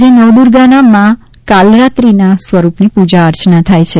આજે નવદુર્ગાના મા કાલરાત્રિના સ્વરૂપની પૂજા અર્ચના થાય છે